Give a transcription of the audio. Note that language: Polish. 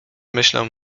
myślą